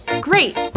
Great